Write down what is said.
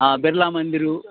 Birla మందిరు